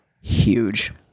Huge